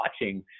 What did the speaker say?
watching